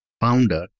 founder